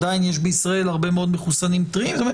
עדיין יש בישראל הרבה מאוד מחוסנים טריים.